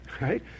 right